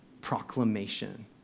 proclamation